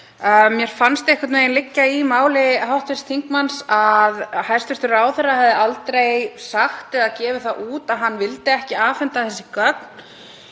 Mér fannst einhvern veginn liggja í máli hv. þingmanns að hæstv. ráðherra hefði aldrei sagt eða gefið það út að hann vildi ekki afhenda þessi gögn.